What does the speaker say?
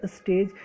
stage